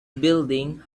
building